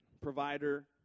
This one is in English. provider